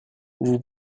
vous